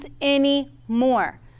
anymore